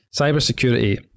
Cybersecurity